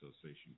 Association